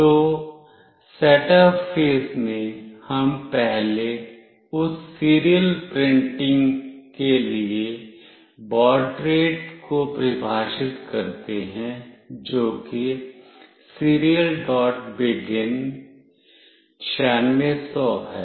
तो setup phase में हम पहले उस सीरियल प्रिंटिंग के लिए बॉड रेट को परिभाषित करते हैं जो कि Serialbegin है